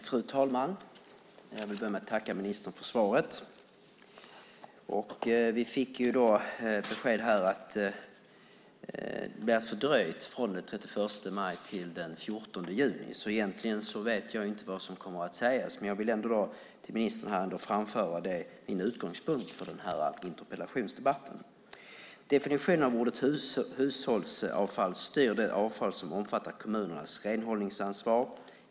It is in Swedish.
Fru talman! Jag vill börja med att tacka ministern för svaret. Vi fick besked här om att det hela blir fördröjt från den 31 maj till den 14 juni. Egentligen vet jag alltså inte vad som kommer att sägas, men jag vill ändå till ministern framföra min utgångspunkt för den här interpellationsdebatten. Definitionen av ordet hushållsavfall styr det avfall som omfattar kommunernas renhållningsansvar.